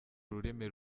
ururimi